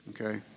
okay